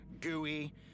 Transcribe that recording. gooey